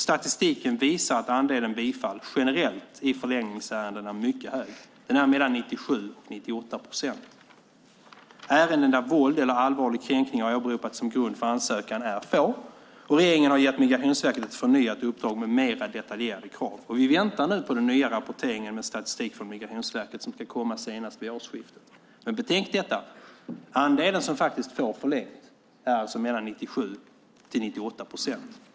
Statistiken visar att andelen bifall generellt i förlängningsärendena är mycket hög. Den är 97-98 procent. Ärenden där våld eller allvarlig kränkning har åberopats som grund för ansökan är få. Regeringen har gett Migrationsverket ett förnyat uppdrag med mer detaljerade krav. Vi väntar nu på rapporteringen med statistik från Migrationsverket som ska komma senast vid årsskiftet. Det är att betänka att andelen som får förlängt är 97-98 procent.